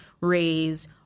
raised